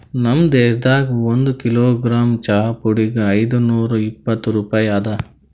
ನಮ್ ದೇಶದಾಗ್ ಒಂದು ಕಿಲೋಗ್ರಾಮ್ ಚಹಾ ಪುಡಿಗ್ ಐದು ನೂರಾ ಇಪ್ಪತ್ತು ರೂಪಾಯಿ ಅದಾ